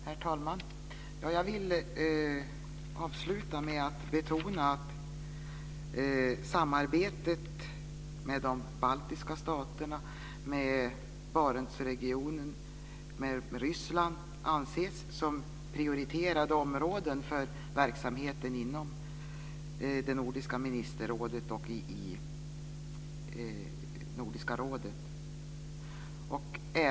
Herr talman! Jag vill avsluta med att betona att samarbetet med de baltiska staterna, med Barentsregionen och med Ryssland anses vara prioriterade områden för verksamheten i Nordiska ministerrådet och i Nordiska rådet.